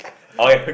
okay